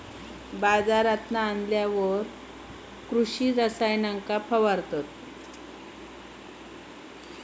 बाजारांतना आणल्यार कृषि रसायनांका फवारतत